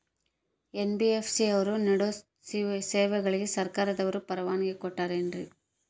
NBFC ಅವರು ನೇಡೋ ಸೇವೆಗಳಿಗೆ ಸರ್ಕಾರದವರು ಪರವಾನಗಿ ಕೊಟ್ಟಾರೇನ್ರಿ?